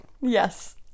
Yes